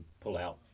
pull-out